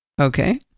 Okay